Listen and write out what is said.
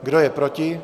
Kdo je proti?